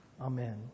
Amen